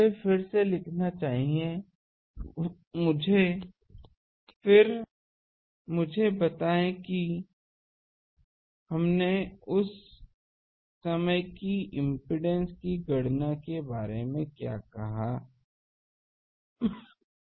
मुझे फिर से लिखना चाहिए मुझे बताएं कि हमने उस समय की इम्पीडेन्स की गणना के बारे में क्या कहा क्या हम V बाय I1 कह सकते हैं उस एंटीना मोड उन आरेखों का उल्लेख करते हुए हमारे पास 4 Za है